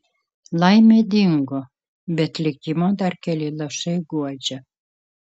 laimė dingo bet likimo dar keli lašai guodžia